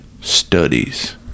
studies